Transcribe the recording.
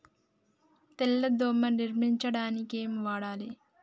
తెల్ల దోమ నిర్ములించడానికి ఏం వాడాలి?